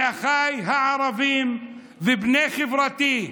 לאחיי הערבים ובני חברתי: